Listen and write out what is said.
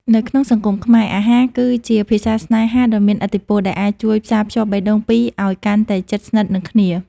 នៅក្នុងសង្គមខ្មែរ អាហារគឺជាភាសាស្នេហាដ៏មានឥទ្ធិពល ដែលអាចជួយផ្សារភ្ជាប់បេះដូងពីរឱ្យកាន់តែជិតស្និទ្ធនឹងគ្នា។